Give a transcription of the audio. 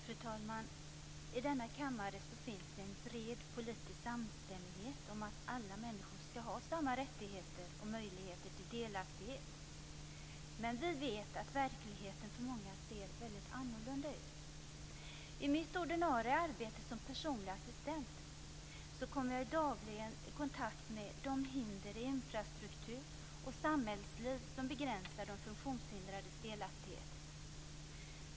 Fru talman! I denna kammare finns det en bred politisk samstämmighet om att alla människor skall ha samma rättigheter och möjligheter till delaktighet, men vi vet att verkligheten för många ser väldigt annorlunda ut. I mitt ordinarie arbete som personlig assistent kom jag dagligen i kontakt med de hinder i infrastruktur och samhällsliv som begränsar de funktionshindrades delaktighet.